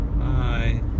Hi